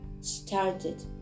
started